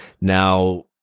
Now